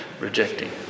Rejecting